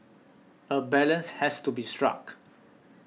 a balance has to be struck